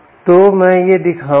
तो मैं यह दिखाऊंगा